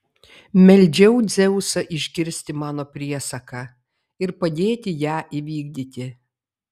meldžiau dzeusą išgirsti mano priesaką ir padėti ją įvykdyti